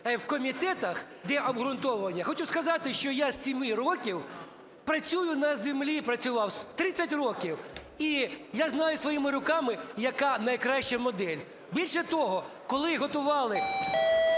в комітетах, де обґрунтовування. Хочу сказати, що я з 7 років працюю на землі, працював 30 років. І я знаю своїми руками, яка найкраща модель. Більше того, коли готували